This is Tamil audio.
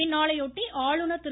இந்நாளையொட்டி ஆளுநர் திரு